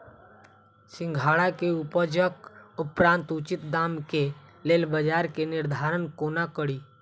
सिंघाड़ा केँ उपजक उपरांत उचित दाम केँ लेल बजार केँ निर्धारण कोना कड़ी?